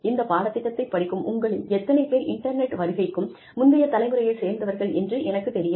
இந்த பாடத்திட்டத்தை படிக்கும் உங்களில் எத்தனை பேர் இன்டர்நெட் வருகைக்கும் முந்தைய தலைமுறையைச் சேர்ந்தவர்கள் என்று எனக்குத் தெரியாது